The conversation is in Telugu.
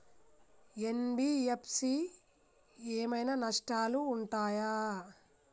ఎన్.బి.ఎఫ్.సి ఏమైనా నష్టాలు ఉంటయా?